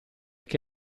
che